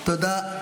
תודה.